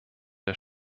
der